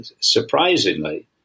surprisingly